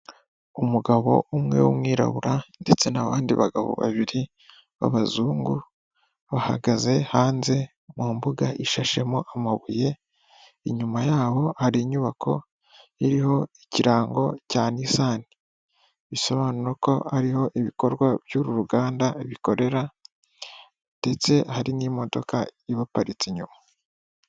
Umugabo umwe w'umwirabura ndetse n'abandi bagabo babiri b'abazungu bahagaze hanze mu mbuga ishashemo amabuye, inyuma yabo hari inyubako iriho ikirango cya nisani bisobanura ko ariho ibikorwa by'uru ruganda bikorera ndetse hari n'imodoka ibaparitse inyuma.